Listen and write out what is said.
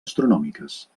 astronòmiques